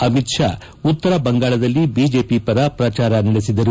ಅಮಿತ್ ಶಾ ಉತ್ತರ ಬಂಗಾಳದಲ್ಲಿ ಬಿಜೆಪಿ ಪರ ಪ್ರಚಾರ ನಡೆಸಲಿದ್ದಾರೆ